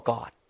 God